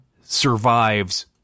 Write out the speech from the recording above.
survives